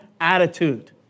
attitude